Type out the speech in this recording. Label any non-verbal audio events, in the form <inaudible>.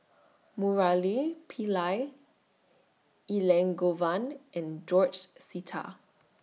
<noise> Murali Pillai Elangovan and George Sita